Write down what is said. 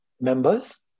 members